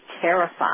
terrified